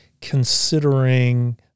considering